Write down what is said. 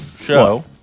show